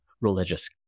religious